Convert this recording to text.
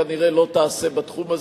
כנראה לא תעשה בתחום הזה,